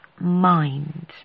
mind